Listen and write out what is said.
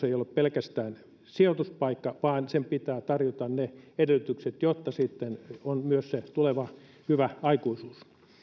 ei ole pelkästään sijoituspaikka vaan sen pitää tarjota edellytykset jotta sitten on myös tuleva hyvä aikuisuus